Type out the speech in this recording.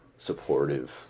Supportive